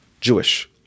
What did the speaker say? Jewish